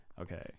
okay